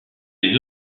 les